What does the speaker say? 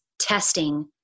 testing